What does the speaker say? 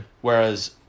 Whereas